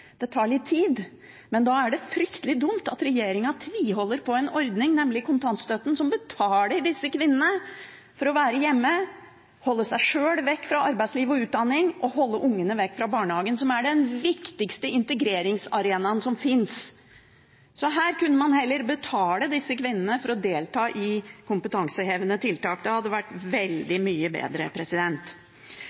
for å holde seg sjøl vekk fra arbeidsliv og utdanning og holde ungene vekk fra barnehagen, som er den viktigste integreringsarenaen som fins. Her kunne man heller betale disse kvinnene for å delta i kompetansehevende tiltak. Det hadde vært veldig mye bedre.